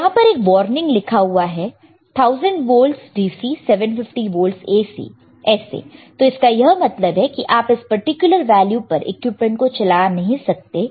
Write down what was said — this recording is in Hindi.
यहां पर एक वार्निंग लिखा हुआ है 1000 वोल्टस DC 750 वोल्टस AC ऐसे तो इसका यह मतलब है कि आप इस पर्टिकुलर वैल्यू पर इक्विपमेंट को चला नहीं सकते हैं